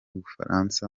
bufaransa